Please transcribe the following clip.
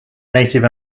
native